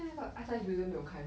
then 那个 artscience museum 没有开 meh